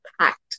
packed